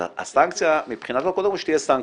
הסנקציה מבחינה זו, קודם כל שתהיה סנקציה.